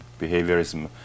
behaviorism